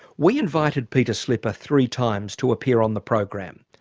we invited peter slipper three times to appear on the program.